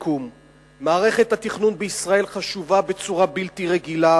מערכת התכנון בישראל חשובה בצורה בלתי רגילה,